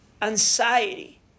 anxiety